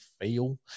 feel